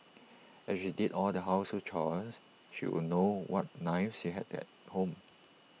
as she did all the household chores she would know what knives she had at home